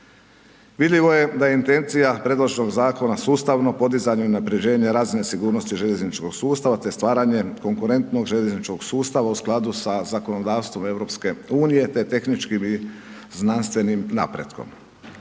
Vidljivo je da je intencija predloženog zakona sustavno podizanje i unaprjeđenje razine sigurnosti željezničkog sustava te stvaranje konkurentnog željezničkog sustava u skladu sa zakonodavstvom EU-a te tehničkim i znanstvenim napretkom.